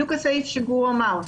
בדיוק הסעיף שהוא אמר,